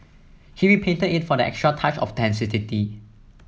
he repainted it for that extra touch of authenticity